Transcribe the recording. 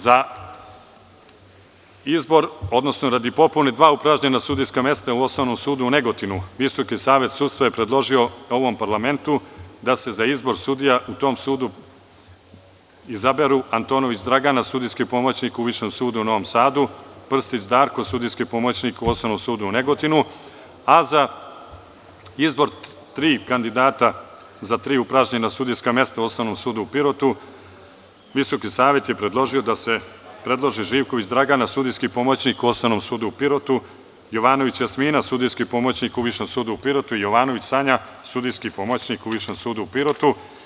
Za izbor, odnosno radi popune dva upražnjena sudijska mesta u Osnovnom sudu u Negotinu Visoki savet sudstva je predložio ovom parlamentu da se za izbor sudija u tom sudu izaberu Antonović Dragana, sudijski pomoćnik u Višem sudu u Novom Sadu, Krstić Darko, sudijski pomoćnik u Osnovnom sudu u Negotinu, a za izbor tri kandidata za tri upražnjena sudijska mesta u Osnovnom sudu u Pirotu, Visoki savet je predložio da se predloži Živković Dragana, sudijski pomoćnik u Osnovnom sudu u Pirotu, Jovanović Jasmina, sudijski pomoćnik u Višem sudu u Pirotu, Jovanović Sanja, sudijski pomoćnik u Višem sudu u Pirotu.